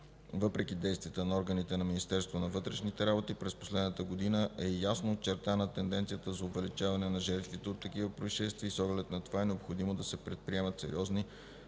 Въпреки действията на органите на Министерството на вътрешните работи, през последната година е ясно очертана тенденцията за увеличаване на жертвите от такива произшествия и с оглед на това е необходимо да се предприемат и сериозни